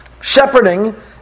Shepherding